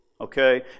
Okay